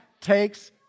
takes